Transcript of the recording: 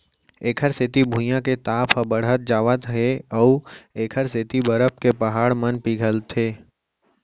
एखर सेती भुइयाँ के ताप ह बड़हत जावत हे अउ एखर सेती बरफ के पहाड़ मन पिघलत हे